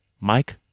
Mike